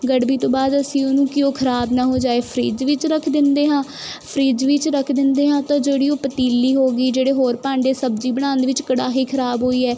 ਗੜਬੀ ਤੋਂ ਬਾਅਦ ਅਸੀਂ ਉਹਨੂੰ ਕੀ ਉਹ ਖ਼ਰਾਬ ਨਾ ਹੋ ਜਾਵੇ ਫਰਿੱਜ ਵਿੱਚ ਰੱਖ ਦਿੰਦੇ ਹਾਂ ਫਰਿੱਜ ਵਿੱਚ ਰੱਖ ਦਿੰਦੇ ਹਾਂ ਤਾਂ ਜਿਹੜੀ ਉਹ ਪਤੀਲੀ ਹੋ ਗਈ ਜਿਹੜੇ ਹੋਰ ਭਾਂਡੇ ਸਬਜ਼ੀ ਬਣਾਉਣ ਦੇ ਵਿੱਚ ਕੜਾਹੀ ਖ਼ਰਾਬ ਹੋਈ ਹੈ